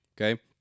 okay